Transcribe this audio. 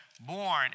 born